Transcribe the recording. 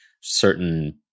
certain